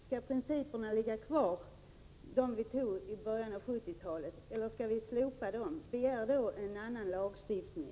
Skall principerna från början av 70-talet ligga kvar, eller skall vi slopa dem? Begär i så fall en annan lagstiftning!